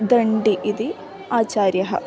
दण्डी इति आचार्यः